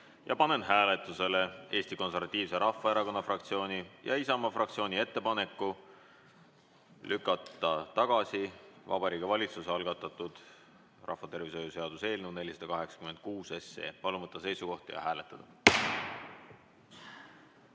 Panen hääletusele Eesti Konservatiivse Rahvaerakonna fraktsiooni ja Isamaa fraktsiooni ettepaneku lükata tagasi Vabariigi Valitsuse algatatud rahvatervishoiu seaduse eelnõu 486. Palun võtta seisukoht ja hääletada!